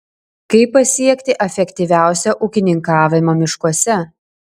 kaip pasiekti efektyviausią ūkininkavimą miškuose